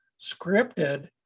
scripted